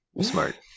Smart